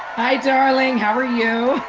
hi darling, how are you?